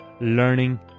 learning